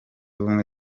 ubumwe